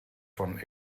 von